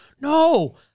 no